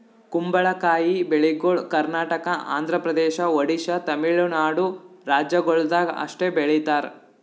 ಕುಂಬಳಕಾಯಿ ಬೆಳಿಗೊಳ್ ಕರ್ನಾಟಕ, ಆಂಧ್ರ ಪ್ರದೇಶ, ಒಡಿಶಾ, ತಮಿಳುನಾಡು ರಾಜ್ಯಗೊಳ್ದಾಗ್ ಅಷ್ಟೆ ಬೆಳೀತಾರ್